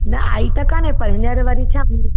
न आई त कान्हे पर हींअर वरी छा